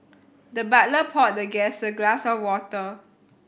the butler poured the guest a glass of water